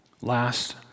Last